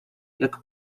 jak